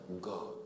God